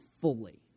fully